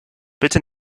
bitte